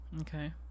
Okay